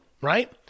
right